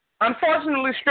unfortunately